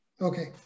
Okay